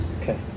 Okay